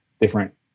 different